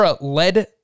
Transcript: led